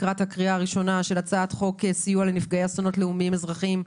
לקראת הקריאה הראשונה של הצעת חוק סיוע לנפגעי אסונות לאומיים אזרחיים,